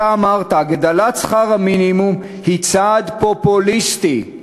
אתה אמרת: הגדלת שכר המינימום היא צעד פופוליסטי.